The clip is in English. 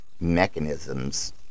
mechanisms